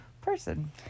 person